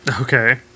okay